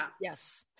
yes